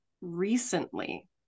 recently